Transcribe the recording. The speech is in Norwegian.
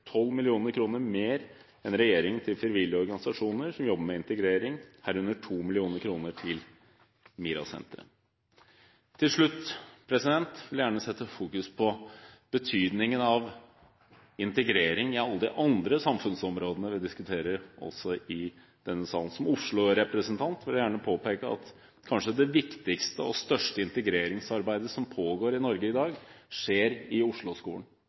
mer enn regjeringen til frivillige organisasjoner som jobber med integrering, herunder 2 mill. kr til MiRA-senteret. Til slutt vil jeg gjerne sette fokus på betydningen av integrering i alle de andre samfunnsområdene vi også diskuterer i denne sal. Som Oslo-representant vil jeg gjerne påpeke at det kanskje viktigste og største integreringsarbeidet som pågår i Norge i dag, skjer i